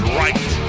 right